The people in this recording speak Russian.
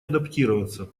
адаптироваться